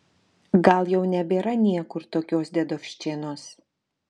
gal jau nebėra niekur tokios dedovščinos